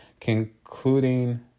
Concluding